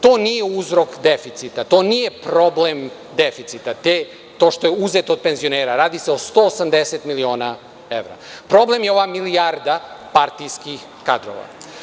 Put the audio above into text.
To nije uzrok deficita, to nije problem deficita, to što je uzeto od penzionera, radi se o 180 miliona evra, problem je ova milijarda partijskih kadrova.